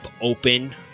open